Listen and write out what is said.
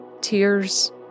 tears